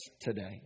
today